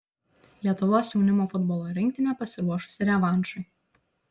lietuvos jaunimo futbolo rinktinė pasiruošusi revanšui